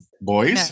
boys